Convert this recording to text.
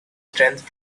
strength